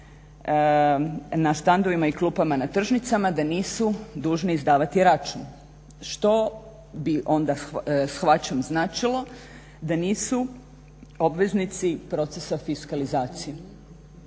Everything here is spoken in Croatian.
na štandovima i klupama na tržnicama da nisu dužni izdavati račun što bi onda shvaćam značilo da nisu obveznici procesa fiskalizacije.